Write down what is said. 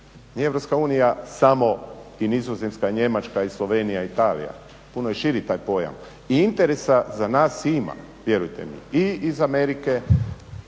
nije EU samo i Nizozemska i Njemačka i Slovenija i Italija, puno je širi taj pojam i interesa za nas ima. Vjerujte mi i iz Amerike,